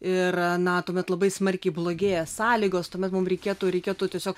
ir na tuomet labai smarkiai blogėja sąlygos tuomet mums reikėtų reikėtų tiesiog